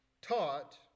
taught